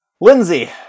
Lindsay